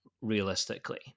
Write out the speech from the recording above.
realistically